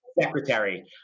secretary